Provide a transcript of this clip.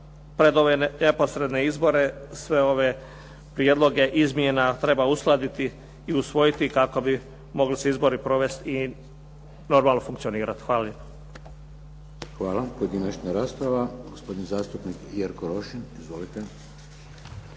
pred ove neposredne izbore sve ove prijedloge izmjena treba uskladiti i usvojiti kako bi mogli se izbori provesti i normalno funkcionirati. Hvala lijepo. **Šeks, Vladimir (HDZ)** Hvala. Pojedinačna rasprava. Gospodin zastupnik Jerko Rošin. Izvolite.